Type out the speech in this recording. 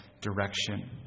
direction